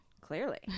Clearly